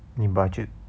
你 budget